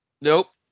Nope